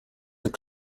that